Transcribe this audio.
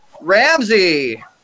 Ramsey